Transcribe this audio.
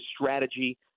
strategy